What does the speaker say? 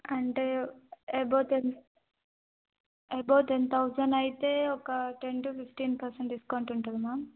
అంటే above tenth above ten thousand అయితే ఒక ten to fifteen percent discount ఉంటుంది మ్యామ్